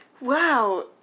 Wow